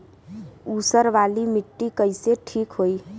ऊसर वाली मिट्टी कईसे ठीक होई?